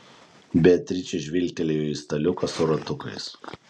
beatričė žvilgtelėjo į staliuką su ratukais